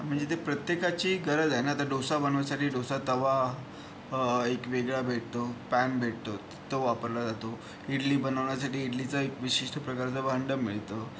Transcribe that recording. म्हणजे ते प्रत्येकाची गरज आहे ना आता डोसा बनवायसाठी डोसा तवा एक वेगळा भेटतो पॅन भेटतो तो वापरला जातो इडली बनवण्यासाठी इडलीचं एक विशिष्ट प्रकारचं भाडं मिळतं